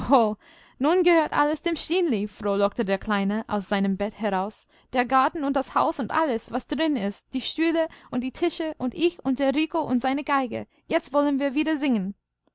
nun gehört alles dem stineli frohlockte der kleine aus seinem bett heraus der garten und das haus und alles was drin ist die stühle und die tische und ich und der rico und seine geige jetzt wollen wir wieder singen